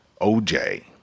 OJ